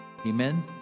Amen